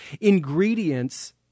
ingredients